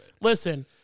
Listen